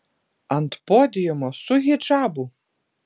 ant podiumo su hidžabu